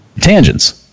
tangents